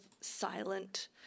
silent